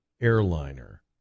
airliner